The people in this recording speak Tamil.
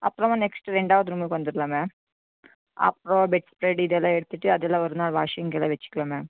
அப்புறமா நெக்ஸ்ட் ரெண்டாவது ரூமுக்கு வந்துடுலாம் மேம் அப்புறம் பெட் இதெல்லாம் எடுத்துகிட்டு அதில் ஒரு நாள் வாஷிங்க்கு கீழ வச்சுக்கலாம் மேம்